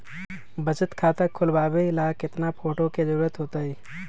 बचत खाता खोलबाबे ला केतना फोटो के जरूरत होतई?